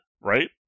right